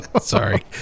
Sorry